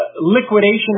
liquidation